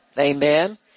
Amen